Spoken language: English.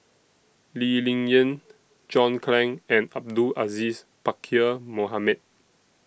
Lee Ling Yen John Clang and Abdul Aziz Pakkeer Mohamed